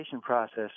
process